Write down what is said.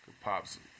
pops